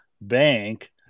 bank